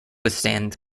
withstand